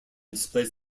displays